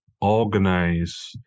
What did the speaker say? organize